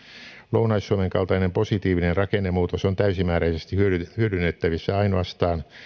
lounais suomen kaltainen positiivinen rakennemuutos on täysimääräisesti hyödynnettävissä ainoastaan